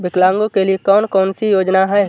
विकलांगों के लिए कौन कौनसी योजना है?